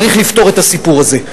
צריך לפתור את הסיפור הזה.